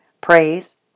praise